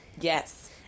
Yes